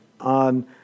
on